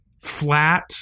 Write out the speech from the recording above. flat